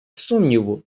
сумніву